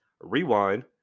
Rewind